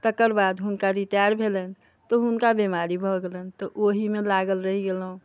तकर बाद हुनका रिटायर भेलनि तऽ हुनका बीमारी भऽ गेलनि तऽ ओहीमे लागल रहि गेलहुँ